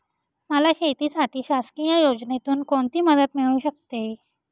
मला शेतीसाठी शासकीय योजनेतून कोणतीमदत मिळू शकते?